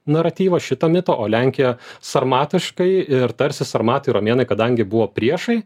naratyvą šitą mitą o lenkija sarmatiškai ir tarsi sarmatai romėnai kadangi buvo priešai